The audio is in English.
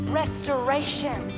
restoration